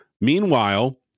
Meanwhile